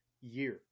year